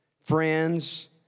friends